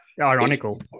Ironical